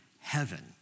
heaven